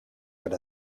but